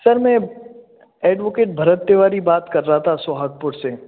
sir मैं advocate Bharat Tiwari बात कर रहा था सोहागपुर से